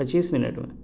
پچیس منٹ میں